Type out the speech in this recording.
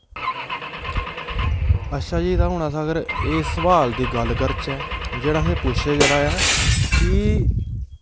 अच्छा जी ते अस हून अगर इस सवाल दी गल्ल करचै जेह्ड़ा असें पुच्छेआ गेदा ऐ कि